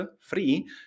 free